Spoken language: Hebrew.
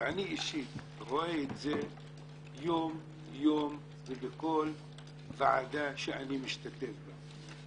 ואני אישית רואה את זה יום-יום ובכל ועדה שאני משתתף בה,